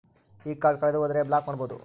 ಈ ಕಾರ್ಡ್ ಕಳೆದು ಹೋದರೆ ಬ್ಲಾಕ್ ಮಾಡಬಹುದು?